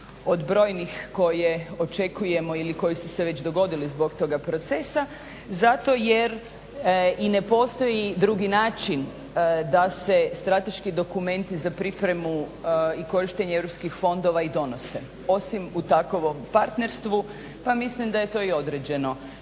od brojnih koje očekujemo ili koji su se već dogodili zbog toga procesa zato jer i ne postoji drugi način da se strateški dokumenti za pripremu i korištenje europskih fondova i donose osim u takvom partnerstvu pa mislim da je to i određeno